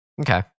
Okay